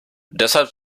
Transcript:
deshalb